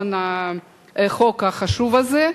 לרעיון החוק החשוב הזה,